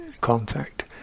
contact